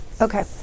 Okay